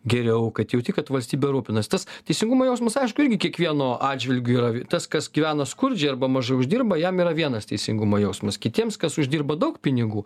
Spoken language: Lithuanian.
geriau kad jauti kad valstybė rūpinasi tas teisingumo jausmas aišku irgi kiekvieno atžvilgiu yra tas kas gyvena skurdžiai arba mažai uždirba jam yra vienas teisingumo jausmas kitiems kas uždirba daug pinigų